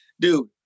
Dude